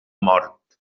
mort